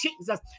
jesus